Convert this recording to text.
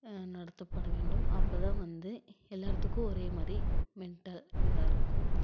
நடத்த பட வேண்டும் அப்போ தான் வந்து எல்லாேர்த்துக்கும் ஒரே மாதிரி மென்ட்டல் இதாக இருக்கும்